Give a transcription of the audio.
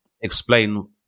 explain